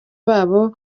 babo